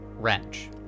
wrench